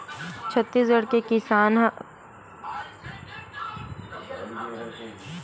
छत्तीसगढ़ के सरकार ह किसान मन बर नरूवा, गरूवा, घुरूवा, बाड़ी नांव के योजना चलावत हे